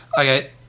Okay